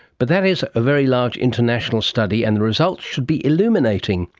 but that is a very large international study and the results should be illuminating.